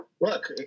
look